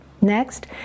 Next